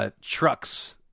trucks